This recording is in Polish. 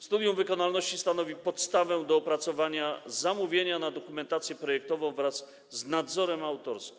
Studium wykonalności stanowi podstawę do opracowania zamówienia na dokumentację projektową wraz z nadzorem autorskim.